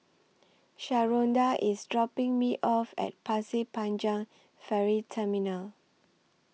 Sharonda IS dropping Me off At Pasir Panjang Ferry Terminal